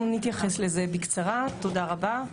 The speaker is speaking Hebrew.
אנחנו נתייחס לזה בקצרה, תודה רבה.